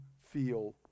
feel